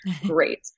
Great